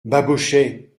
babochet